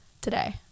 today